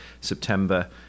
September